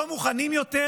לא מוכנים יותר,